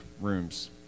rooms